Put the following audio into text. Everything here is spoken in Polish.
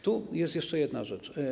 Tu jest jeszcze jedna rzecz.